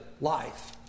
life